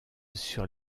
sur